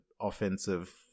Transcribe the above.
offensive